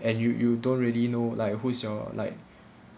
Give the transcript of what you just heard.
and you you don't really know like who is your like